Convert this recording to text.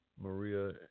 Maria